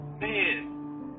Man